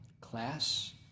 Class